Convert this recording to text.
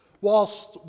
Whilst